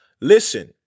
Listen